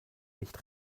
nicht